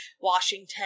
Washington